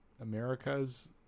America's